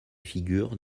figures